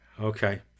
Okay